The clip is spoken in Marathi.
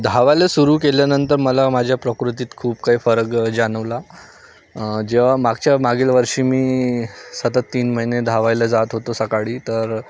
धावायला सुरू केल्यानंतर मला माझ्या प्रकृतीत खूप काही फरक जाणवला जेव्हा मागच्या मागीलवर्षी मी सतत तीन महिने धावायला जात होतो सकाळी तर